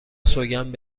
سوگند